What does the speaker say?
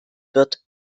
wird